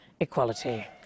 equality